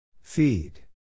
Feed